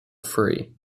free